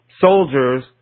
soldiers